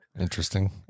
Interesting